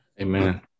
Amen